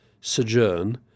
sojourn